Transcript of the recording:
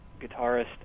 guitarist